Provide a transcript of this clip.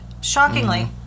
shockingly